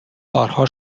بارها